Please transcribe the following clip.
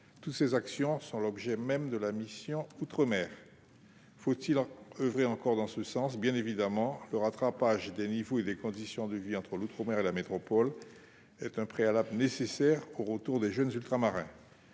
autant d'actions qui sont l'objet même de la mission « Outre-mer ». Faut-il oeuvrer encore en ce sens ? Évidemment, oui : le rattrapage des niveaux et conditions de vie entre l'outre-mer et la métropole est un préalable nécessaire au retour des jeunes Ultramarins.